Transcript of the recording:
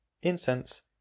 incense